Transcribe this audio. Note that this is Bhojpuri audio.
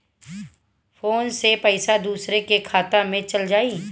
फ़ोन से पईसा दूसरे के खाता में चल जाई?